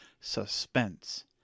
Suspense